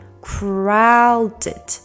Crowded